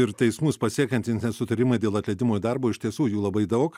ir teismus pasiekiantys nesutarimai dėl atleidimo iš darbo iš tiesų jų labai daug